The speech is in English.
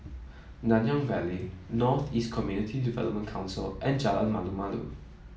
Nanyang Valley North East Community Development Council and Jalan Malu Malu